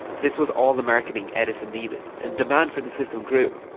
this was all the marketing edison needed and demand for the system grew,